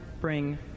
bring